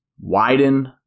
widen